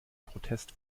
protest